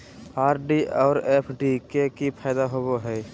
RD और FD के की फायदा होबो हइ?